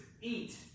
eat